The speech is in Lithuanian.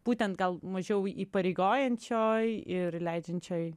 būtent gal mažiau įpareigojančioj ir leidžiančioj